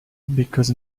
because